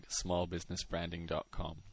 smallbusinessbranding.com